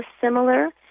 similar